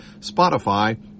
Spotify